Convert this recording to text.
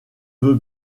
veux